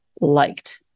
liked